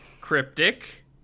Cryptic